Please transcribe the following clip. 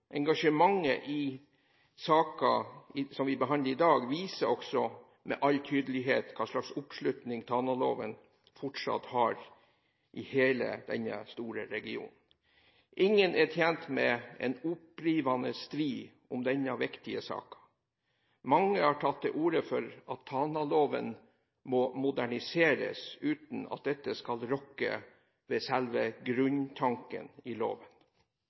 Engasjementet i denne saken som vi behandler i dag, viser også med all tydelighet hva slags oppslutning Tanaloven fortsatt har i hele denne store regionen. Ingen er tjent med en opprivende strid om denne viktige saken. Mange har tatt til orde for at Tanaloven må moderniseres, uten at dette skal rokke ved selve grunntanken i loven.